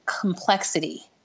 complexity